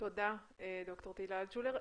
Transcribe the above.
תודה, ד"ר תהילה אלטשולר.